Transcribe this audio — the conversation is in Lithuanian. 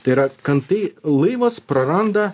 tai yrakantai laivas praranda